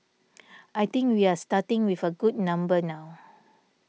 I think we are starting with a good number now